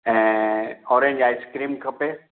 ऐं orange ice cream खपे